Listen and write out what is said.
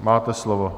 Máte slovo.